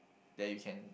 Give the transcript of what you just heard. that you can